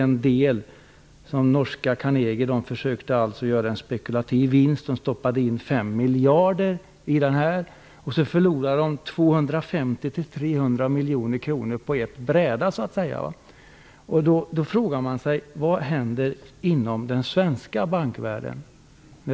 Norska Carnegie försökte göra en spekulativ vinst. Det stoppade in 5 miljarder och förlorade 250--300 miljoner på ett bräde. Då frågar man sig: Vad händer inom den svenska bankvärlden?